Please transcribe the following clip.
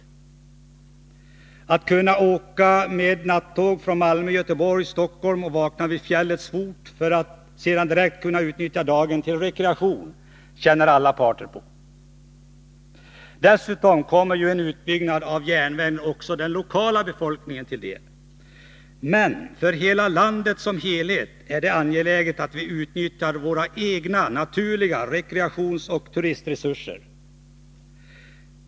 Att det blir möjligt att åka med nattåg från Malmö, Göteborg och Stockholm och vakna vid fjällets fot för att sedan direkt kunna utnyttja dagen till rekreaktion tjänar alla parter på. Dessutom kommer en utbyggnad av järnvägen också den lokala befolkningen till del. För landet som helhet är det angeläget att vi utnyttjar våra egna, naturliga rekreationsoch turistresurser.